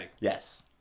Yes